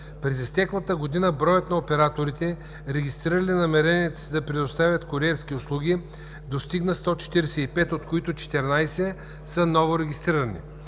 През изтеклата година броят на операторите, регистрирали намеренията си да предоставят куриерски услуги, достигна 145, от които 14 са новорегистрирани.